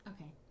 Okay